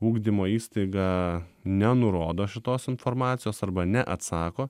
ugdymo įstaiga nenurodo šitos informacijos arba neatsako